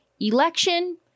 ELECTION